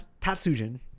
Tatsujin